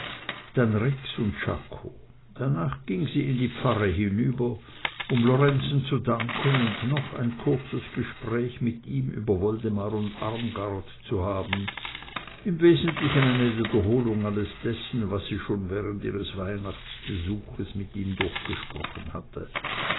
dann rex und czako danach ging sie in die pfarre hinüber um lorenzen zu danken und noch ein kurzes gespräch mit ihm über woldemar und armgard zu haben im wesentlichen eine wiederholung alles dessen was sie schon während ihres weihnachtsbesuches mit ihm durchgesprochen hatte